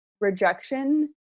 rejection